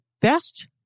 best